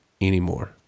anymore